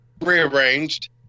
Rearranged